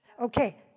Okay